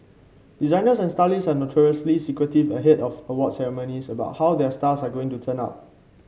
designers and stylists are notoriously secretive ahead of awards ceremonies about how their stars are going to turn out